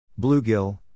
Bluegill